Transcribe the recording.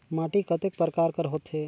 माटी कतेक परकार कर होथे?